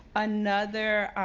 another